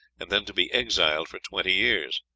and then to be exiled for twenty years.